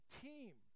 team